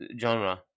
genre